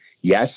Yes